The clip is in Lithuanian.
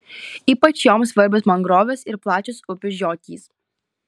ypač joms svarbios mangrovės ir plačios upių žiotys